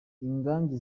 ingagi